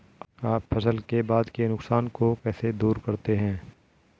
आप फसल के बाद के नुकसान को कैसे दूर करते हैं?